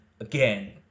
again